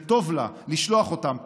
וטוב לה לשלוח אותן,